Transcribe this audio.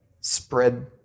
spread